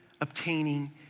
obtaining